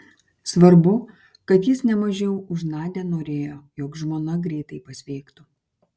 svarbu kad jis ne mažiau už nadią norėjo jog žmona greitai pasveiktų